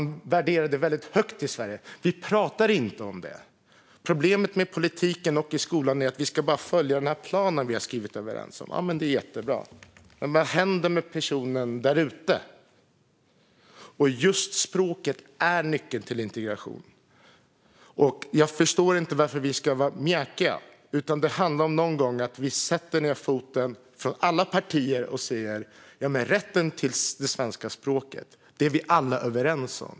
Vi värderar detta väldigt högt i Sverige, men vi pratar inte om det. Problemet med politiken och problemet i skolan är att vi bara ska följa den här planen som vi är överens om. Det är jättebra, men vad händer med personen där ute? Just språket är nyckeln till integration. Jag förstår inte varför vi ska vara mjäkiga. Det handlar om att någon gång sätta ned foten från alla partier och säga: Rätten till det svenska språket är vi alla överens om.